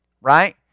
right